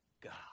God